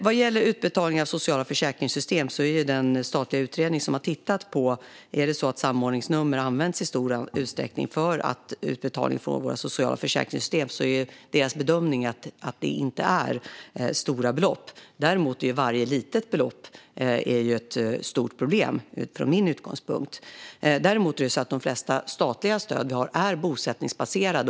Vad gäller utbetalning från sociala försäkringssystem har en statlig utredning tittat på om samordningsnummer används i stor utsträckning för sådana utbetalningar, och dess bedömning är att det inte handlar om stora belopp. Dock är ju varje litet belopp ett stort problem från min utgångspunkt. De flesta statliga stöd vi har är bosättningsbaserade.